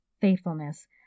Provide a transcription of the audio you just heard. faithfulness